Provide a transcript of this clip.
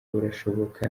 burashoboka